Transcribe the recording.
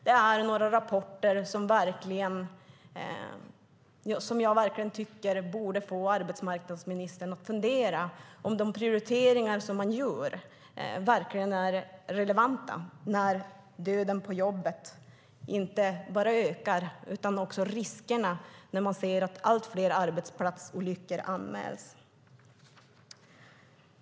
Detta är några rapporter som jag tycker borde få arbetsmarknadsministern att fundera på om de prioriteringar man gör verkligen är relevanta när inte bara dödsfallen på jobbet ökar utan också riskerna. Det syns på att allt fler arbetsplatsolyckor anmäls.